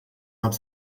not